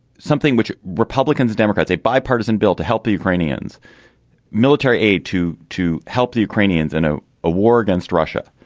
something which republicans democrats a bipartisan bill to help ukrainians military aid to. to help the ukrainians in ah a war against russia.